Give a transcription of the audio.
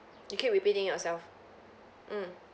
you keep repeating yourself mm